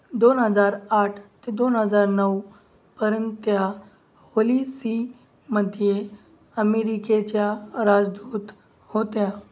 दोन हजार आठ ते दोन हजार नऊ पर्यंत त्या होली सीमध्ये अमेरिकेच्या राजदूत होत्या